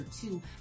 two